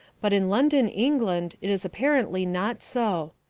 but in london, england, it is apparently not so.